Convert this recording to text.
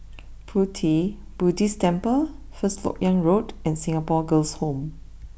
Pu Ti Buddhist Temple first Lok Yang Road and Singapore Girls' Home